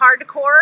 hardcore